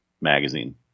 magazine